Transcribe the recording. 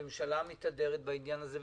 הממשלה מתהדרת בעניין הזה,